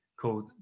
called